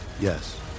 Yes